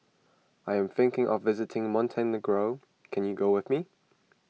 I am thinking of visiting Montenegro can you go with me